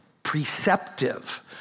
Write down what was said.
preceptive